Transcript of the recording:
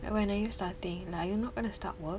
like when are you starting like are you not gonna start work